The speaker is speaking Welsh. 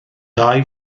gau